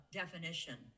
definition